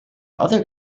other